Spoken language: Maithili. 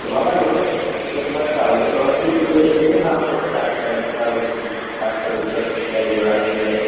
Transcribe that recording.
तऽ बाबा यौ एक बात बताउ समस्तीपुरमे केहन हाल समाचार छै मतलब डाक्टर उकटरके गाड़ी घोड़ाके